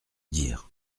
dire